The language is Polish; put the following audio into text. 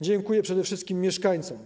Dziękuję przede wszystkim mieszkańcom.